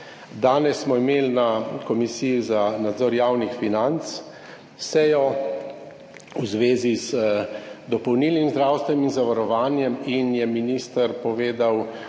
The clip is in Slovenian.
Danes smo imeli na Komisiji za nadzor javnih financ sejo v zvezi z dopolnilnim zdravstvenim zavarovanjem in je minister povedal,